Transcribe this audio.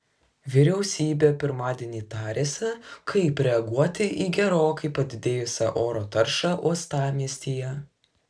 vyriausybė pirmadienį tarėsi kaip reaguoti į gerokai padidėjusią oro taršą uostamiestyje